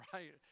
Right